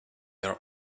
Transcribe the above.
are